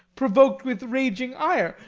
provok'd with raging ire,